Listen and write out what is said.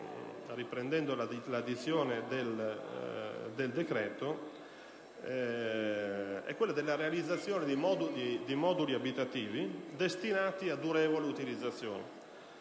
riprendendo la dizione del decreto, contempla la realizzazione di moduli abitativi destinati ad una durevole utilizzazione,